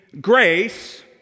grace